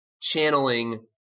channeling